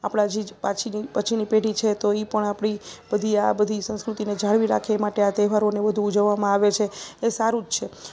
આપણા જે પાછીની પછીની પેઢી છે તો એ પણ આપણી બધી આ બધી સંસ્કૃતિને જાળવી રાખે માટે આ તહેવારોને બધું ઉજવવામાં આવે છે એ સારું જ છે